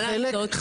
מה לעשות?